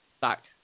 back